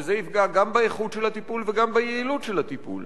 וזה יפגע גם באיכות של הטיפול וגם ביעילות של הטיפול.